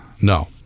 no